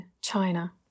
China